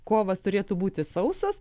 kovas turėtų būti sausas